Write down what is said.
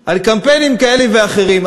על קמפיינים כאלה ואחרים,